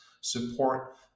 support